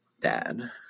dad